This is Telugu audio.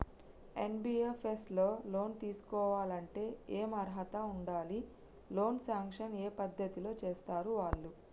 ఎన్.బి.ఎఫ్.ఎస్ లో లోన్ తీస్కోవాలంటే ఏం అర్హత ఉండాలి? లోన్ సాంక్షన్ ఏ పద్ధతి లో చేస్తరు వాళ్లు?